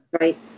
Right